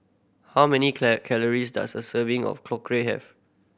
how many calories does a serving of have